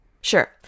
Sure